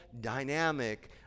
dynamic